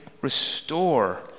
restore